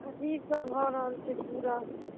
अजीब सा भऽ रहल छै पूरा